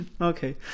okay